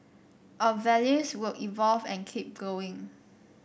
our values will evolve and keep going